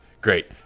Great